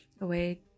away